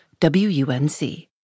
WUNC